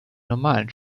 normalen